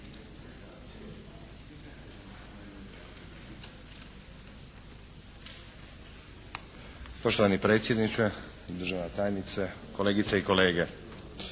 Poštovani predsjedniče, državna tajnice, kolegice i kolege.